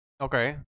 Okay